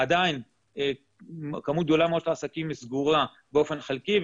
עדיין כמות גדולה מאוד של עסקים סגורה באופן חלקי,